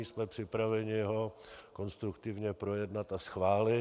Jsme připraveni ho konstruktivně projednat a schválit.